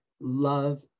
love